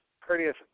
courteous